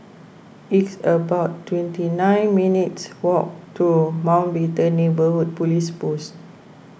it's about twenty nine minutes' walk to Mountbatten Neighbourhood Police Post